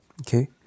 Okay